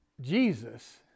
Jesus